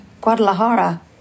Guadalajara